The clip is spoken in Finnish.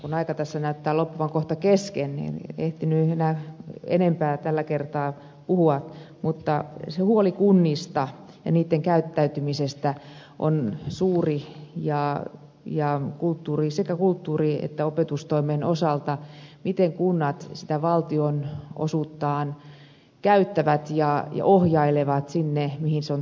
kun aika tässä näyttää loppuvan kohta kesken niin en ehtinyt enempää tällä kertaa puhua mutta huoli kunnista ja niitten käyttäytymisestä on suuri sekä kulttuuri että opetustoimen osalta miten kunnat sitä valtionosuuttaan käyttävät ja ohjailevat sinne mihin se on tarkoitettukin